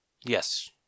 yes